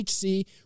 HC